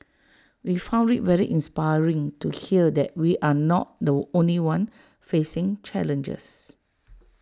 we found IT very inspiring to hear that we are not the only one facing challenges